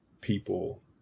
people